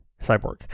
Cyborg